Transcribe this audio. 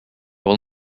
will